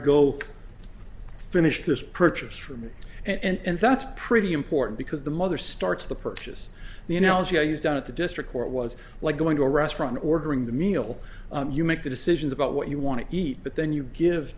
go finish this purchase for me and that's pretty important because the mother starts the purchase the analogy i use down at the district court was like going to a restaurant ordering the meal you make the decisions about what you want to eat but then you give